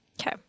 okay